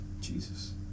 Jesus